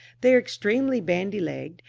they are extremely bandy-legged,